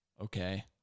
Okay